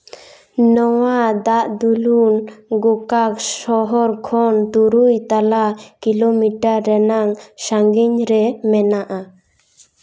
ᱱᱚᱣᱟ ᱫᱟᱜ ᱫᱩᱱᱩᱞ ᱜᱳᱠᱟᱠ ᱥᱚᱦᱚᱨ ᱠᱷᱚᱱ ᱛᱩᱨᱩᱭ ᱛᱟᱞᱟ ᱠᱤᱞᱳᱢᱤᱴᱟᱨ ᱨᱮᱱᱟᱜ ᱥᱟᱺᱜᱤᱧ ᱨᱮ ᱢᱮᱱᱟᱜᱼᱟ